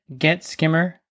GetSkimmer